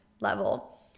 level